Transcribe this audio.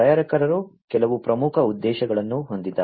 ತಯಾರಕರು ಕೆಲವು ಪ್ರಮುಖ ಉದ್ದೇಶಗಳನ್ನು ಹೊಂದಿದ್ದಾರೆ